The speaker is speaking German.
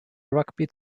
rugby